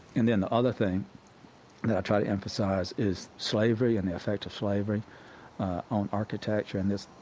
and then the other thing that i try to emphasize is slavery and the effect of slavery on architecture. and this,